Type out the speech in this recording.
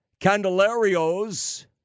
Candelario's